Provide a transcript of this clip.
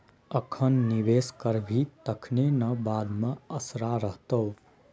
अखन निवेश करभी तखने न बाद मे असरा रहतौ